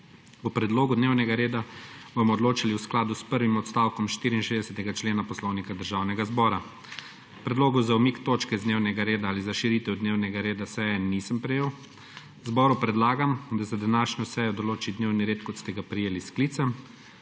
O predlogu dnevnega reda bomo odločali v skladu s prvim odstavkom 64. člena Poslovnika Državnega zbora. Predlogov za umik točk z dnevnega reda ali za širitev dnevnega reda seje nisem prejel. Zboru predlagam, da za današnjo sejo določi dnevni red, kot ste ga prejeli s sklicem.